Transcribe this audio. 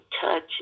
touch